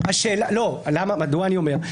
מדוע אני אומר?